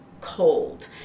cold